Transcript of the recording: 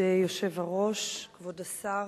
כבוד היושב-ראש, כבוד השר,